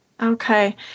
Okay